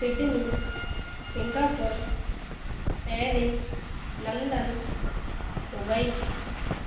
Sydney Singapore Paris London Dubai